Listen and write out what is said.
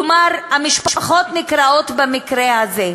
כלומר, המשפחות נקרעות במקרה הזה.